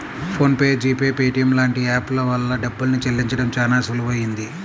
phone pay, G Pay, Paytm లాంటి app ల వల్ల డబ్బుల్ని చెల్లించడం చానా సులువయ్యింది